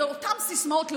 אלו אותן סיסמאות לעוסות,